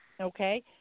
okay